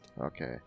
Okay